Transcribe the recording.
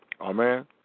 Amen